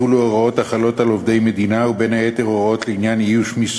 סמכות יושב-ראש ועדת בחירות אזורית ליתן צווי מניעה